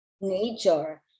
nature